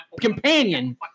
companion